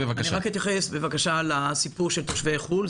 אתייחס לעניין תושבי חו"ל.